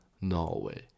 Norway